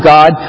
God